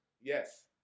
Yes